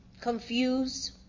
confused